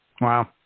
Wow